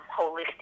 holistic